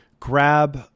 Grab